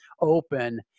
open